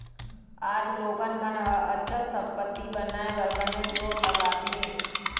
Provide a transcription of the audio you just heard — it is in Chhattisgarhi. आज लोगन मन ह अचल संपत्ति बनाए बर बनेच जोर लगात हें